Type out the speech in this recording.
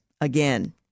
again